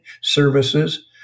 services